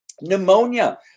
pneumonia